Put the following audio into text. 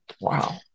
Wow